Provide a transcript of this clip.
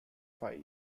five